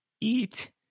eat